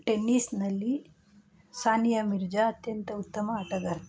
ಟೆನ್ನೀಸ್ನಲ್ಲಿ ಸಾನಿಯಾ ಮಿರ್ಜಾ ಅತ್ಯಂತ ಉತ್ತಮ ಆಟಗಾರ್ತಿ